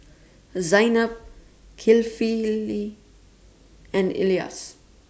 Zaynab Kefli and Elyas